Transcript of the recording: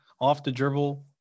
off-the-dribble